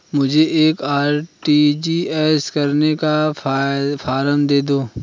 मुझे एक आर.टी.जी.एस करने का फारम दे दो?